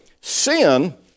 sin